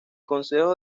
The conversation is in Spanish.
consejo